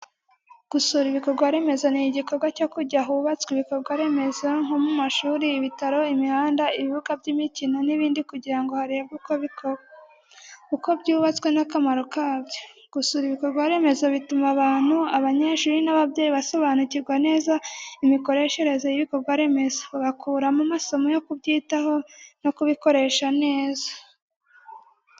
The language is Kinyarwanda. Gusura ibikorwaremezo ni igikorwa cyo kujya ahubatswe ibikorwa remezo nko mu mashuri, ibitaro, imihanda, ibibuga by’imikino n’ibindi kugira ngo harebwe uko bikora, uko byubatswe n’akamaro kabyo. Gusura ibikorwaremezo bituma abantu, abanyeshuri n’ababyeyi basobanukirwa neza imikoreshereze y’ibikorwaremezo, bagakuramo amasomo yo kubyitaho no kubikoresha neza.